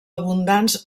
abundants